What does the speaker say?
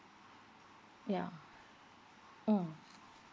ya mm